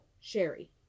Sherry